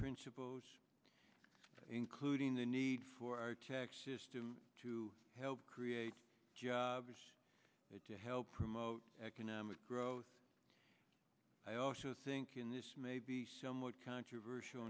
principles including the need for our tax system to help create jobs to help promote economic growth i also think in this maybe somewhat controversial